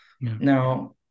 Now